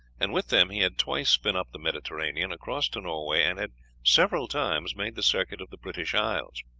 and with them he had twice been up the mediterranean, across to norway, and had several times made the circuit of the british isles.